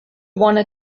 wanna